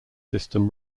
system